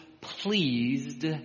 pleased